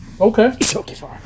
okay